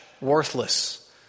worthless